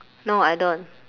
no I don't